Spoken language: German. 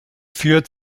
führt